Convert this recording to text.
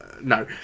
No